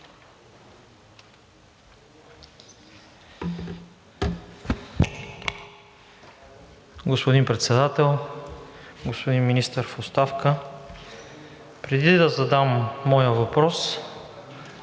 Господин Председател! Господин Министър в оставка, преди да задам моя въпрос,